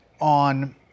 on